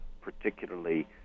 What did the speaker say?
particularly